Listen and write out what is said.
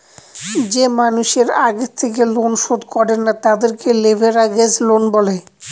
যে মানুষের আগে থেকে লোন শোধ করে না, তাদেরকে লেভেরাগেজ লোন বলে